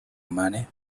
money